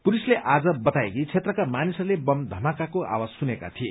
पुलिसले आज बताए कि क्षेत्रका मानिसहरूले बम धमाकाको आवाज सुनेका थिए